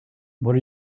what